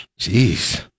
Jeez